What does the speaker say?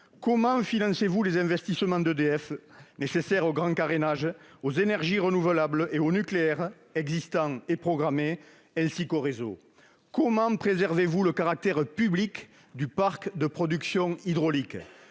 Comment financerez-vous les investissements nécessaires au grand carénage, aux énergies renouvelables et au nucléaire- existant et programmé -, ainsi qu'aux réseaux ? Comment préserverez-vous le caractère public du parc de production hydraulique ?